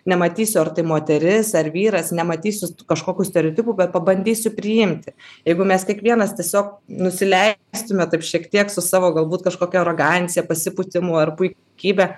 nematysiu ar tai moteris ar vyras nematysiu kažkokių stereotipų bet pabandysiu priimti jeigu mes kiekvienas tiesiog nusileistume taip šiek tiek su savo galbūt kažkokia arogancija pasipūtimu ar puikybe